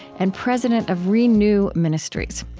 and president of reknew ministries.